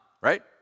right